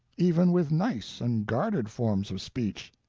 even with nice and guarded forms of speech.